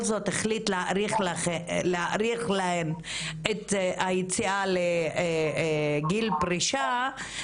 זאת החליט להאריך להן את היציאה לגיל פרישה,